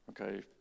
okay